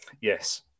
Yes